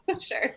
sure